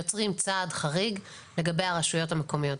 יוצרים צעד חריג לגבי הרשויות המקומיות.